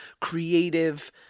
creative